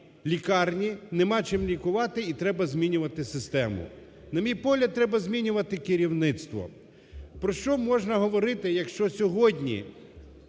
лікарні, немає чим лікувати і треба змінювати систему. На мій погляд, треба змінювати керівництво. Про що можна говорити, якщо сьогодні